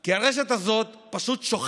כי הרשת הזאת פשוט שוכחת